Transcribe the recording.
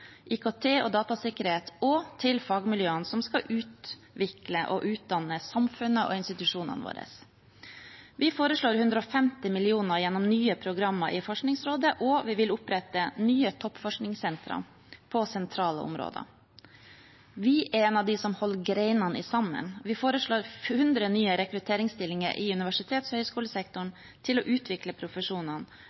IKT og datasikkerhet og til fagmiljøene som skal utvikle og utdanne samfunnet og institusjonene våre. Vi foreslår 150 mill. kr gjennom nye programmer i Forskningsrådet, og vi vil opprette nye toppforskningssentre på sentrale områder. Vi er «En av de som holder grenene sammen». Vi foreslår 100 nye rekrutteringsstillinger i universitets- og høyskolesektoren til å utvikle profesjonene,